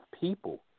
people